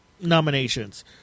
nominations